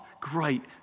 great